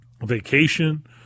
vacation